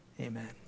Amen